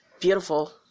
Beautiful